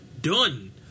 done